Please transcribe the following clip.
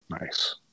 Nice